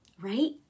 right